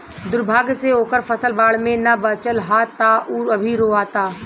दुर्भाग्य से ओकर फसल बाढ़ में ना बाचल ह त उ अभी रोओता